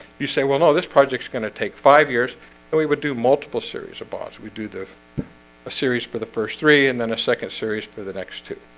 you say well, no this project is going to take five years but we would do multiple series of boss we do this a series for the first three and then a second series for the next two